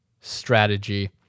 strategy